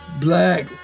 Black